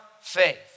faith